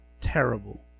terrible